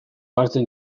hartzen